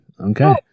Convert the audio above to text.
okay